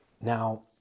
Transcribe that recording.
Now